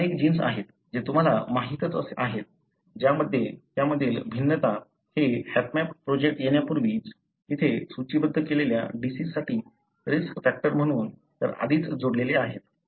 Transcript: असे अनेक जीन्स आहेत जे तुम्हाला माहीतच आहेत त्यामधील भिन्नता हे हॅपमॅप प्रोजेक्ट येण्यापूर्वीच येथे सूचीबद्ध केलेल्या डिसिजसाठी रिस्क फॅक्टर म्हणून तर आधीच जोडलेले आहेत